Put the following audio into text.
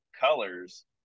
colors